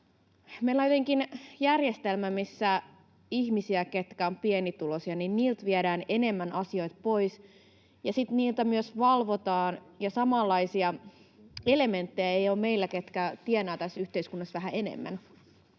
Meillä on jotenkin järjestelmä, missä ihmisiltä, jotka ovat pienituloisia, viedään enemmän asioita pois ja sitten heitä myös valvotaan ja samanlaisia elementtejä ei ole meillä, jotka tienaavat tässä yhteiskunnassa vähän enemmän.